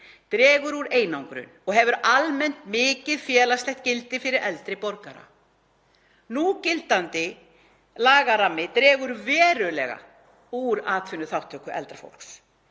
dregur úr einangrun og hefur almennt mikið félagslegt gildi fyrir eldri borgara. Núgildandi lagarammi dregur verulega úr atvinnuþátttöku eldri